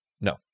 No